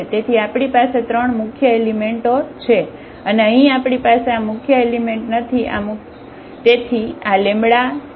તેથી આપણી પાસે ત્રણ મુખ્ય એલિમેન્ટો છે અને અહીં આપણી પાસે આ મુખ્ય એલિમેન્ટ નથી આ મુખ્યએલિમેન્ટ નથી